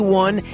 one